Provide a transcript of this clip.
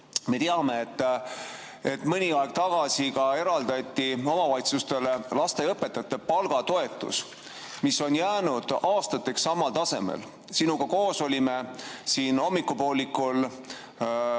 Me teame, et mõni aeg tagasi eraldati omavalitsustele lasteaiaõpetajate palgatoetus, mis on jäänud aastateks samale tasemele. Sinuga koos olime hommikupoolikul